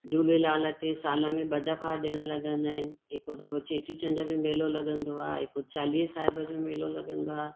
झूलेलाल ते साल में ॿ दफ़ा ॾिण लॻंदा आहिनि हिको दफ़ो चेटीचंड जो मेलो लॻंदो आहे हिक चालीह साहिब जो मेलो लॻंदो आहे